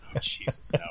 Jesus